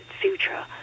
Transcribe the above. future